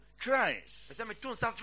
Christ